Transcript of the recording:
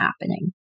happening